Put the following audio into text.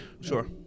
Sure